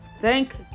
thank